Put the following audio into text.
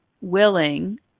willing